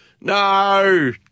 no